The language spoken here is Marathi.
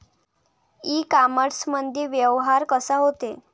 इ कामर्समंदी व्यवहार कसा होते?